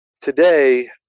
today